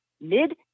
Mid